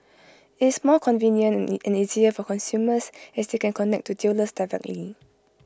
it's more convenient and easier for consumers as they can connect to dealers directly